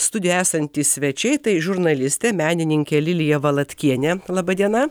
studijoj esantys svečiai tai žurnalistė menininkė lilija valatkienė laba diena